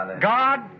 God